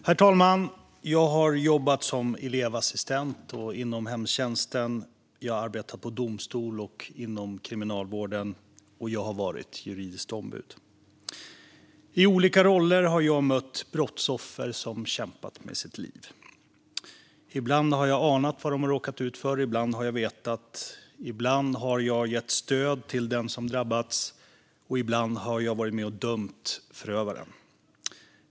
Herr talman! Jag har jobbat som elevassistent och inom hemtjänsten. Jag har arbetat på domstol och inom kriminalvården. Jag har även varit juridiskt ombud. I olika roller har jag mött brottsoffer som kämpat med sitt liv. Ibland har jag anat vad de har råkat ut för. Ibland har jag vetat. Ibland har jag gett stöd till den som drabbats, och ibland har jag varit med och dömt förövaren.